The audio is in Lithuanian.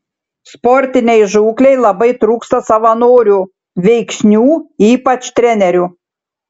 sportinei žūklei labai trūksta savanorių veiksnių ypač trenerių